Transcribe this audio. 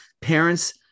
Parents